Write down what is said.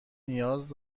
نیاز